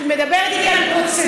את מדברת איתי על פרוצדורה.